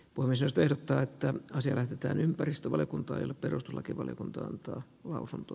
uimisesta ehdottaa että asia jätetään ympäristövaliokunta ja perustuslakivaliokunta antaa lausunto